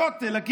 לכותל,